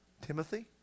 Timothy